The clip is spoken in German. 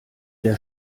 der